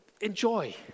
enjoy